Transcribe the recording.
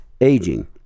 aging